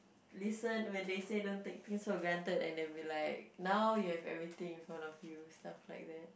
listened when they say don't take things for granted and it will be like now you have everything in front of you stuff like that